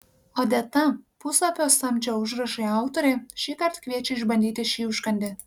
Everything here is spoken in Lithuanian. odeta puslapio samčio užrašai autorė šįkart kviečia išbandyti šį užkandį